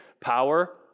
power